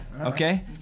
Okay